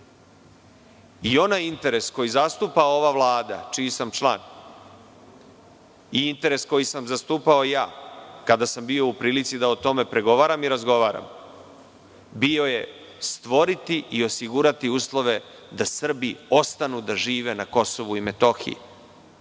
i onaj interes koji zastupa ova vlada čiji sam član i interes koji sam zastupao ja kada sam bio u prilici da o tome pregovaram i razgovaram bio je stvoriti i osigurati uslove da Srbi ostanu da žive na Kosovu i Metohiji,